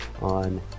on